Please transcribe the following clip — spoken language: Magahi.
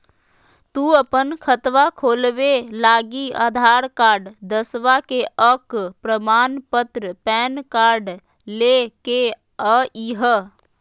तू अपन खतवा खोलवे लागी आधार कार्ड, दसवां के अक प्रमाण पत्र, पैन कार्ड ले के अइह